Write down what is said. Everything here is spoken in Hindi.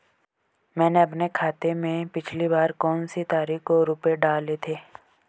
मैंने अपने खाते में पिछली बार कौनसी तारीख को रुपये डाले थे?